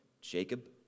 Jacob